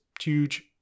huge